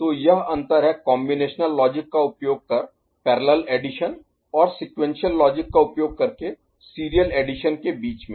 तो यह अंतर है कॉम्बिनेशनल लॉजिक का उपयोग कर पैरेलल एडिशन और सीक्वेंशियल लॉजिक का उपयोग करके सीरियल एडिशन के बीच में